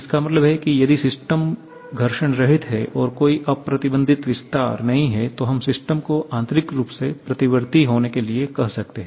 इसका मतलब है कि यदि सिस्टम घर्षण रहित है और कोई अप्रतिबंधित विस्तार नहीं है तो हम सिस्टम को आंतरिक रूप से प्रतिवर्ती होने के लिए कह सकते हैं